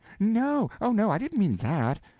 no! oh no, i didn't mean that.